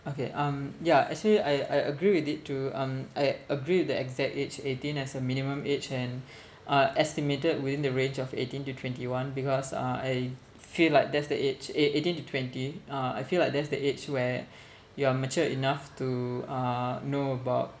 okay um yeah actually I I agree with it too um I agree with the exact age eighteen as a minimum age and uh estimated within the range of eighteen to twenty one because uh I feel like that's the age ei~ eighteen to twenty uh I feel like that's the age where you're mature enough to uh know about